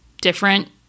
different